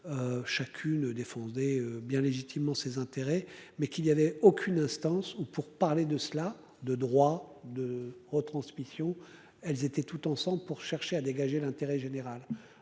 Chacune des fondée bien légitimement ses intérêts mais qu'il y avait aucune instance ou pour parler de cela, de droits de retransmission, elles étaient toutes ensemble pour chercher à dégager l'intérêt général.